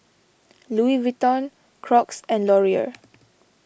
Louis Vuitton Crocs and Laurier